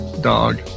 dog